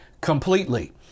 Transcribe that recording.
completely